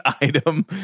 item